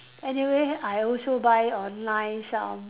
anyways I also buy online some